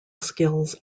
skills